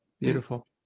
Beautiful